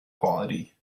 quality